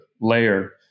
layer